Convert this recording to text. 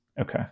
Okay